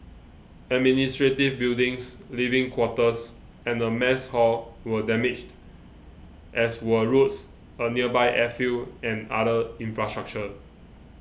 administrative buildings living quarters and a mess hall were damaged as were roads a nearby airfield and other infrastructure